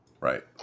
right